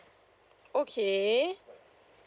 okay